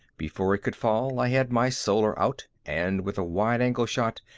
before it could fall, i had my solar out and, with a wide-angle shot,